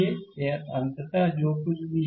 slide समय देखें 2629 तो अंततः यह जो कुछ भी है